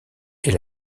est